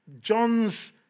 John's